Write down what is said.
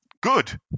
Good